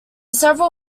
several